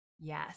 Yes